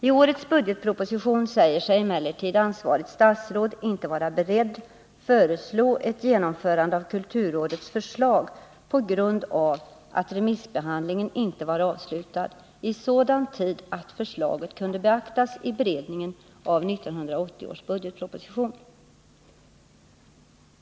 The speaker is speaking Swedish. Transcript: I årets budgetproposition säger sig emellertid ansvarigt statsråd inte vara beredd föreslå ett genomförande av kulturrådets förslag på grund av att remissbehandlingen inte var avslutad i sådan tid att förslaget kunde beaktas i beredningen av 1980 års budgetproposition.